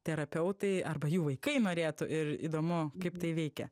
terapeutai arba jų vaikai norėtų ir įdomu kaip tai veikia